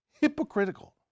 hypocritical